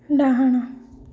ଡାହାଣ